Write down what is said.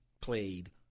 played